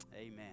Amen